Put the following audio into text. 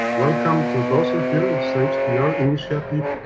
welcome to both of you. thanks to your initiative,